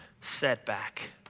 setback